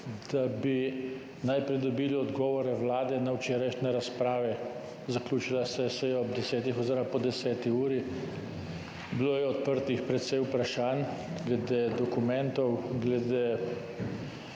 da bi najprej dobili odgovore Vlade na včerajšnje razprave. Seja se je zaključila ob desetih oziroma po 10. uri. Bilo je odprtih precej vprašanj glede dokumentov, glede